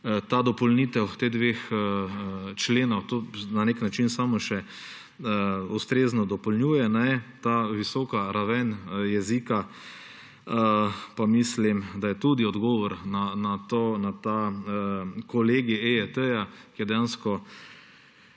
da ta dopolnitev teh dveh členov na nek način samo še ustrezno dopolnjuje, ta visoka raven jezika pa mislim, da je tudi odgovor na kolegij EJT, ki je dejansko